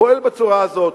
פועל בצורה הזאת.